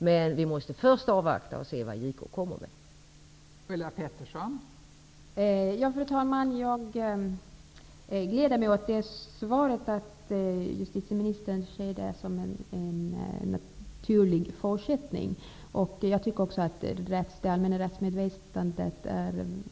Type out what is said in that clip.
Vi måste emellertid först avvakta och se vad JK kommer fram till.